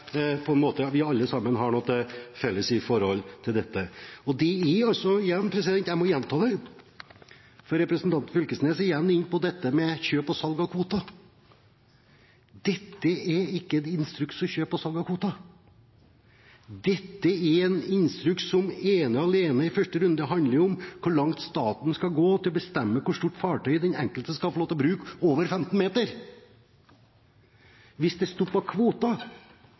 vi alle sammen har noe til felles. Jeg må gjenta det, for representanten Knag Fylkesnes er igjen inne på dette med kjøp og salg av kvoter: Dette er ikke en instruks for kjøp og salg av kvoter. Dette er en instruks som ene og alene i første runde handler om hvor langt staten skal gå i å bestemme hvor stort fartøy den enkelte skal få lov til å bruke – over 15 meter. Når det